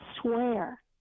swear